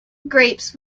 grapes